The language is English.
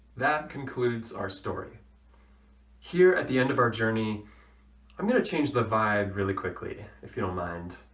that concludes our story here at the end of our journey i'm gonna change the vibe really quickly if you don't mind